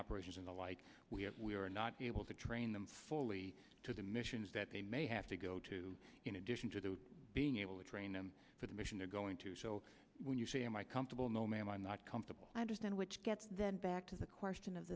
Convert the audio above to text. operations and the like we have we are not able to train them fully to the missions that they may have to go to in addition to being able to train them for the mission to go into so when you say am i comfortable no ma'am i'm not comfortable i understand which gets back to the question of